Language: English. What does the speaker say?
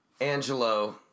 Angelo